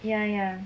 ya ya